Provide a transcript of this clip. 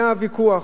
היה ויכוח.